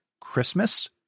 Christmas